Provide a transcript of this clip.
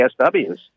PSWs